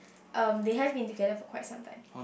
um they have been together for quite some time